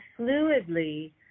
fluidly